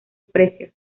precios